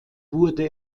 wurde